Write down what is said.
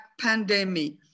pandemic